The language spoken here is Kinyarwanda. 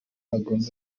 agomba